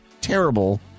terrible